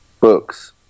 books